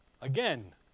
Again